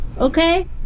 okay